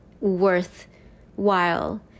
worthwhile